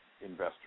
investors